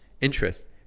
interest